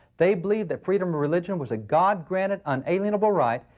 they believed that freedom of religion was a god granted, unalienable right,